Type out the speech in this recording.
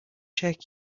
check